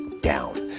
down